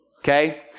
Okay